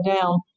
down